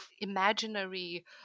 imaginary